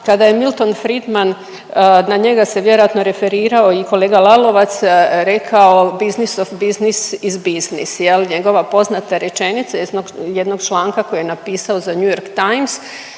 kada je Milton Friedman na njega se vjerojatno referirao i kolega Lalovac rekao business of business is business njegova poznata rečenica iz jednog članka koji je napisao na New York Times